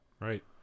Right